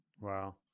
Wow